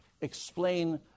explain